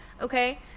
Okay